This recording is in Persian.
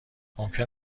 ممکن